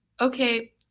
okay